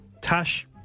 Tash